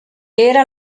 era